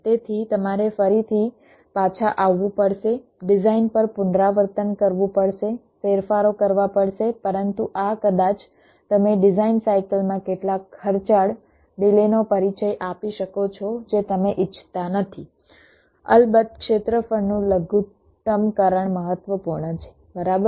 તેથી તમારે ફરીથી પાછા આવવું પડશે ડિઝાઇન પર પુનરાવર્તન કરવું પડશે ફેરફારો કરવા પડશે પરંતુ આ કદાચ તમે ડિઝાઇન સાઇકલમાં કેટલાક ખર્ચાળ ડિલેનો પરિચય આપી શકો છો જે તમે ઇચ્છતા નથી અલબત્ત ક્ષેત્રફળનું લઘુત્તમકરણ મહત્વપૂર્ણ છે બરાબર